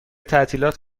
تعطیلات